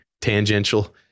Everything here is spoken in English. Tangential